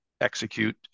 execute